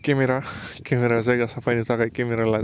camera camera जायगा साफायनो थाखाय केमेरा लाजायो